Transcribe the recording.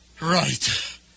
Right